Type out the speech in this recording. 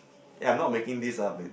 eh I am not making this up man